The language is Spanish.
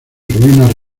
ruinas